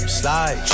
slide